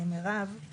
מירב,